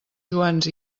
joans